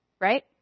Right